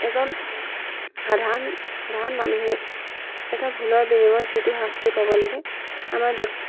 এজন সাধাৰণ সাধাৰণ মানুহে এটা ভুলৰ বিনিময়ত যিটো শাস্তি পাব লাগে আমাৰ দেশ